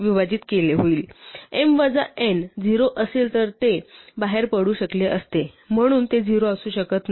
m वजा n 0 असेल तर ते बाहेर पडू शकले असते म्हणून ते 0 असू शकत नाही